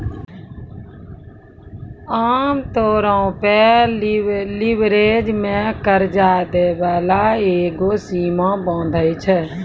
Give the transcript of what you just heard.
आमतौरो पे लीवरेज मे कर्जा दै बाला एगो सीमा बाँधै छै